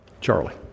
Charlie